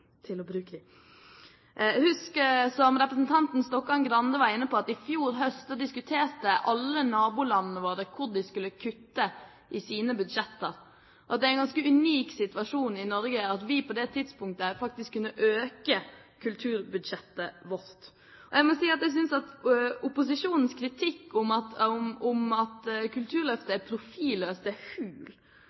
bruke dem. Som representanten Stokkan-Grande var inne på, diskuterte alle nabolandene våre i fjor høst hvor de skulle kutte i sine budsjetter. Det var en ganske unik situasjon at vi i Norge på det tidspunktet faktisk kunne øke kulturbudsjettet vårt. Jeg synes at opposisjonens kritikk om at Kulturløftet er profilløst, er hul. Det er den tommeste kritikken jeg har hørt. Her har vi løftet sjangre. Vi har økt tilgjengeligheten. Vi har gitt frivilligheten et løft. Det er